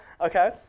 okay